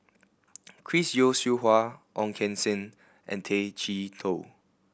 Chris Yeo Siew Hua Ong Keng Sen and Tay Chee Toh